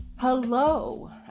hello